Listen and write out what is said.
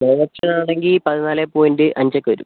law option ആണെങ്കിൽ പതിനാല് point അഞ്ചൊക്കെ വരും